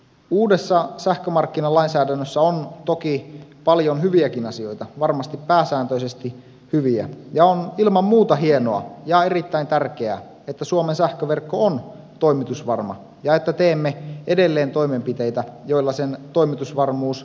uudessa sähkömarkkinalainsäädännössä on toki paljon hyviäkin asioita varmasti pääsääntöisesti hyviä ja on ilman muuta hienoa ja erittäin tärkeää että suomen sähköverkko on toimitusvarma ja että teemme edelleen toimenpiteitä joilla sen toimitusvarmuus vain paranee